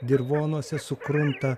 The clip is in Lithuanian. dirvonuose sukrunta